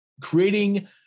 creating